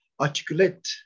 articulate